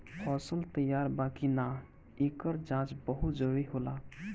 फसल तैयार बा कि ना, एकर जाँच बहुत जरूरी होला